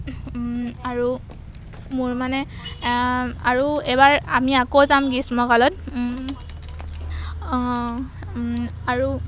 আৰু মোৰ মানে আৰু এবাৰ আমি আকৌ যাম গ্ৰীষ্ম কালত আৰু